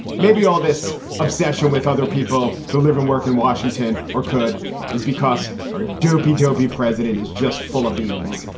maybe all this obsession with other people who live and work in washington or could is because are dupee dhobi president is just full of beans.